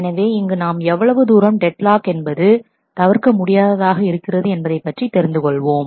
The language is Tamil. எனவே இங்கு நாம் எவ்வளவு தூரம் டெட் லாக் என்பது தவிர்க்க முடியாததாக இருக்கிறது என்பதை பற்றி தெரிந்துகொள்வோம்